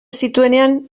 zituenean